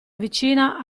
vicina